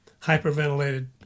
Hyperventilated